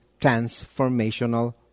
transformational